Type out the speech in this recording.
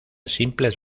simples